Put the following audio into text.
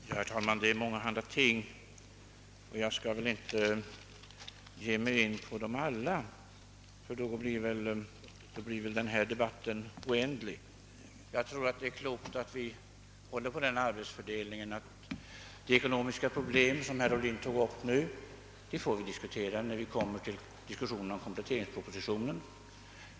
Herr talman! Debatten gäller mångahanda ting och jag skall väl inte gå in på alla ty då blir den väl oändlig. Det är nog klokt att vi håller på den arbetsfördelningen, att de ekonomiska problem som herr Ohlin tog upp i sitt senaste anförande får diskuteras när kompletteringspropositionen skall behandlas.